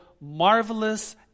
marvelous